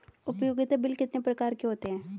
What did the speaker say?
उपयोगिता बिल कितने प्रकार के होते हैं?